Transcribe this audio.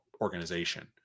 organization